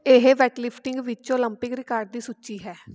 ਇਹ ਵੈਟਲਿਫਟਿੰਗ ਵਿੱਚੋਂ Olympic record ਦੀ ਸੂਚੀ ਹੈ